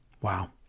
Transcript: Wow